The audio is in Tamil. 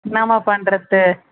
என்னம்மா பண்ணுறது